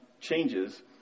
changes